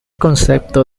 concepto